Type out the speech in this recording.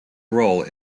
role